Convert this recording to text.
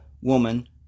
woman